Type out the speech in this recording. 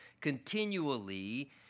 continually